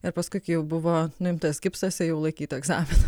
ir paskui kai jau buvo nuimtas gipsas ėjau laikyt egzaminą